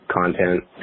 content